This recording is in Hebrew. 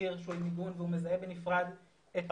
המזכיר שהוא עם מיגון והוא מזהה בנפרד את הבוחר.